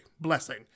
blessing